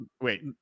wait